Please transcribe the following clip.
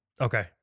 Okay